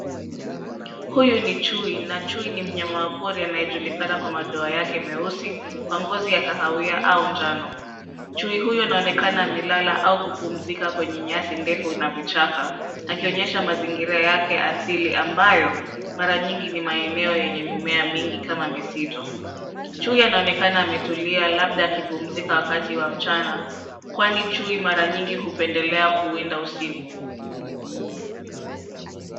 Huyu ni chui na chui ni mnyama wa pori anayejulikana kwa madoa yake meusi na ngozi ya kahawia au njano. Chui huyu anaonekana amelala au kupumzika kwenye nyasi ndefu na vichaka akionyesha mazingira yake asili ambayo mara nyingi ni maeneo yenye mimea mingi kama misitu. Chui anaonekana ametulia labda akipumzika wakati wa mchana kwani chui mara ngingi hupendelea kuwinda usiku.